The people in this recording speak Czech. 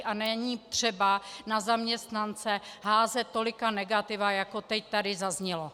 A není třeba na zaměstnance házet tolika negativa, jako teď tady zaznělo.